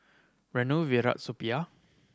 Renu Virat Suppiah